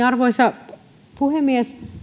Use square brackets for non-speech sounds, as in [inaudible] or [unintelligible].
[unintelligible] arvoisa puhemies